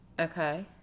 Okay